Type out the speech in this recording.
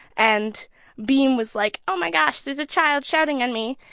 and bean was like, oh, my gosh, there's a child shouting on me,